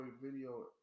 video